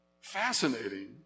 fascinating